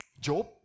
Job